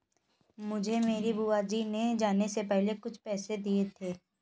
मुझे मेरी बुआ जी ने जाने से पहले कुछ पैसे दिए थे